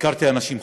הכרתי אנשים חדשים,